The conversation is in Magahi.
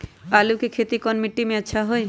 आलु के खेती कौन मिट्टी में अच्छा होइ?